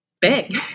big